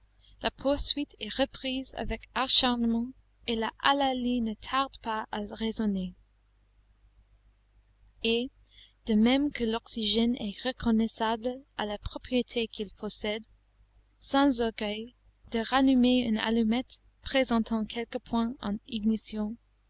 la poursuite est reprise avec acharnement et le hallali ne tarde pas à résonner et de même que l'oxygène est reconnaissable à la propriété qu'il possède sans orgueil de rallumer une allumette présentant quelques points en ignition